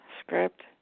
script